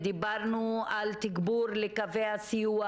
דברנו על תגבור לקווי הסיוע.